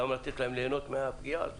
למה לתת להם ליהנות מהפגיעה הזו?